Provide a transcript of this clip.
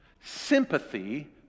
Sympathy